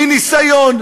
מניסיון,